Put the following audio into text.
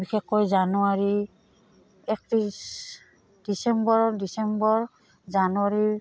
বিশেষকৈ জানুৱাৰী একত্ৰিছ ডিচেম্বৰ ডিচেম্বৰ জানুৱাৰী